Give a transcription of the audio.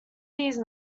these